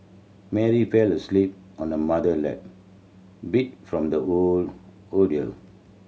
Mary fell asleep on her mother lap beat from the whole ordeal